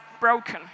broken